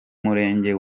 murenge